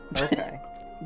Okay